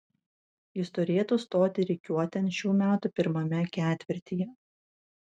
jis turėtų stoti rikiuotėn šių metų pirmame ketvirtyje